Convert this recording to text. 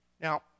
Now